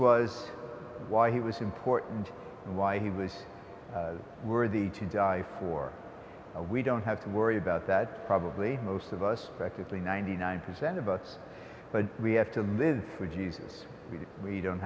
was why he was important and why he was worthy to die for we don't have to worry about that probably most of us practically ninety nine percent of us but we have to live with jesus we don't